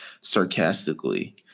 sarcastically